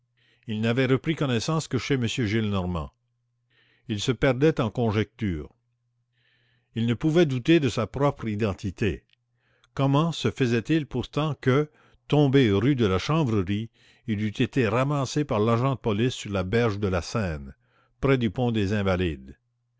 il n'avait repris connaissance que chez m gillenormand il se perdait en conjectures il ne pouvait douter de sa propre identité comment se faisait-il pourtant que tombé rue de la chanvrerie il eût été ramassé par l'agent de police sur la berge de la seine près du pont des invalides